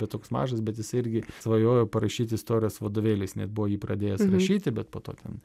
bet toks mažas bet jisai irgi svajojo parašyt istorijos vadovėlį jis net buvo jį pradėjęs rašyti bet po to ten